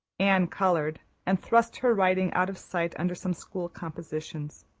anne colored, and thrust her writing out of sight under some school compositions.